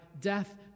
Death